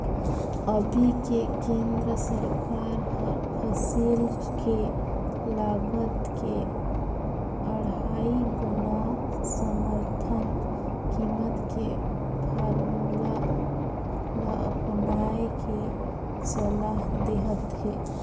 अभी के केन्द्र सरकार हर फसिल के लागत के अढ़ाई गुना समरथन कीमत के फारमुला ल अपनाए के सलाह देहत हे